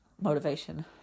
motivation